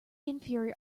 inferior